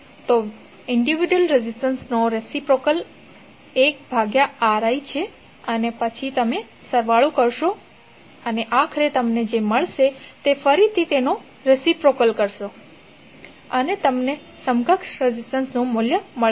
તો વ્યક્તિગત રેઝિસ્ટન્સનો રેસિપ્રોકલ 1Ri છે અને પછી તમે સરવાળો કરશો અને આખરે તમને જે મળશે તમે ફરીથી તેનો રેસિપ્રોકલ કરશો અને તમને સમકક્ષ રેઝિસ્ટન્સનું મૂલ્ય મળશે